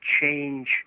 change